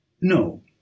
No